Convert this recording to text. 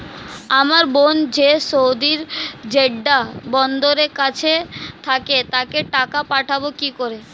আমার বোন যে সৌদির জেড্ডা বন্দরের কাছে থাকে তাকে টাকা পাঠাবো কি করে?